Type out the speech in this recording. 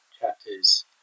chapters